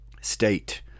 state